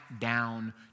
down